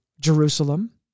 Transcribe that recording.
Jerusalem